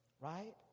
Right